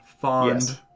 Fond